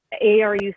ARU